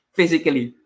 Physically